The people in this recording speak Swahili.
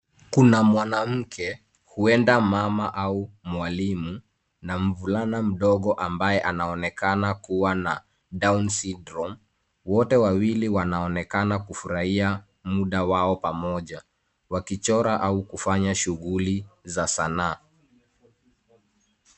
Kuna mwanamke, huenda mama au mwalimu na mvulana mdogo ambaye anaonekana kuwa na down syndrome , wote wawili wanaonekana kufurahia mda wao pamoja. Wakichora au kufacha shughuli za sanaa.